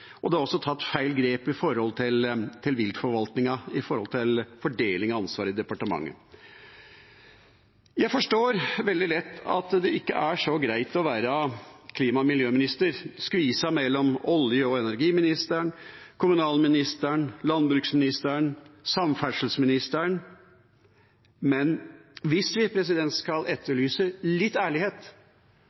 og det er også tatt feil grep innen viltforvaltningen når det gjelder fordeling av ansvar i departementene. Jeg forstår veldig lett at det ikke er så greit å være klima- og miljøminister, skviset mellom olje- og energiministeren, kommunalministeren, landbruksministeren og samferdselsministeren. Men hvis vi skal etterlyse litt ærlighet,